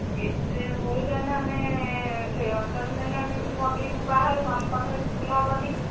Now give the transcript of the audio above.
ଏତେ ହଉ ତାହେଲେ ଆମେ ସେହି ଅନୁସାରେ ନେଲେ ଆମେ ବି ମଗାଇବୁ ବାହାରୁ ଆମ ପାଖରେ ଏତେ ଫୁଲ ହେବନି